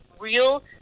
real